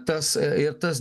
tas ir tas